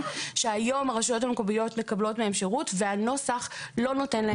שהיום הרשויות מקבלות מהם שירות והנוסח לא נותן להם את זה.